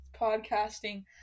podcasting